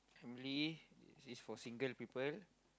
family it says for single people